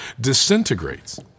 disintegrates